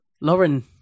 Lauren